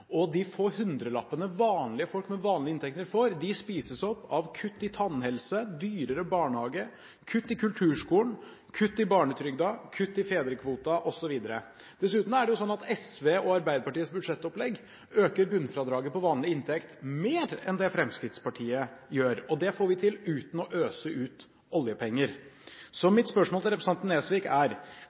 og de få hundrelappene vanlige folk med vanlige inntekter får, spises opp av kutt i tannhelse, dyrere barnehage, kutt i kulturskolen, kutt i barnetrygden, kutt i fedrekvoten osv. Dessuten er det jo sånn at SV, Senterpartiet og Arbeiderpartiet i sitt budsjettopplegg øker bunnfradraget på vanlig inntekt mer enn det Fremskrittspartiet gjør, og det får vi til uten å øse ut oljepenger. Så mitt spørsmål til representanten Nesvik er: